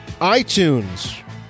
itunes